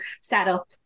setup